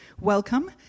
welcome